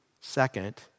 Second